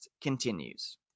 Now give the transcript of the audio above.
continues